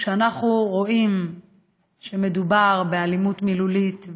אנחנו רואים שמדובר באלימות מילולית,